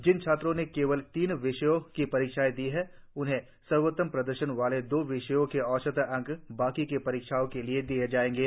जिन छात्रों ने केवल तीन विषयों की परीक्षाएं दी हैं उन्हें सर्वोत्तम प्रदर्शन वाले दो विषयों के औसत अंक बाकी की परीक्षाओं के लिए दिए जाएंगे